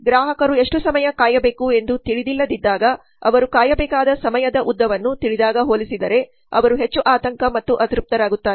ಗ್ರಾಹಕರು ಎಷ್ಟು ಸಮಯ ಕಾಯಬೇಕು ಎಂದು ತಿಳಿದಿಲ್ಲದಿದ್ದಾಗ ಅವರು ಕಾಯಬೇಕಾದ ಸಮಯದ ಉದ್ದವನ್ನು ತಿಳಿದಾಗ ಹೋಲಿಸಿದರೆ ಅವರು ಹೆಚ್ಚು ಆತಂಕ ಮತ್ತು ಅತೃಪ್ತರಾಗುತ್ತಾರೆ